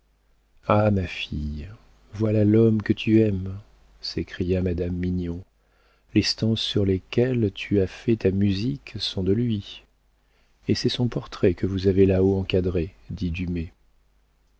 ah ma fille voilà l'homme que tu aimes s'écria madame mignon les stances sur lesquelles tu as fait ta musique sont de lui et c'est son portrait que vous avez là-haut encadré dit